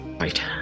Right